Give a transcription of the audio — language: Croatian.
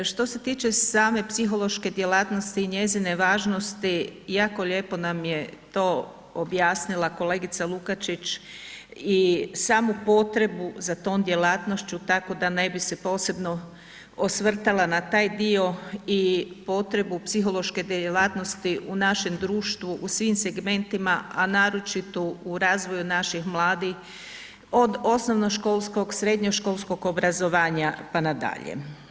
Što se tiče same psihološke djelatnosti i njezine važnosti, jako lijepo nam je to objasnila kolegica Lukačić i samu potrebu za tom djelatnošću, tako da ne bi se posebno osvrtala na taj dio i potrebu psihološke djelatnosti u našem društvu u svim segmentima, a naročito u razvoju naših mladih, od osnovnoškolskog, srednjoškolskog obrazovanja, pa na dalje.